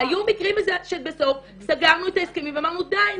היו מקרים שבסוף סגרנו את ההסכמים ואמרנו דיי,